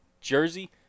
Jersey